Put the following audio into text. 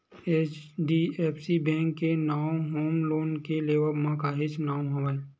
HDFC bank के नांव home loan के लेवब म काहेच नांव हवय